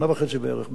שנה וחצי בערך,